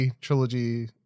trilogy